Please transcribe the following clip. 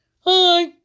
Hi